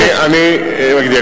אני מגדיר,